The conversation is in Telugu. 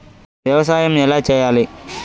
వ్యవసాయం ఎలా చేయాలి?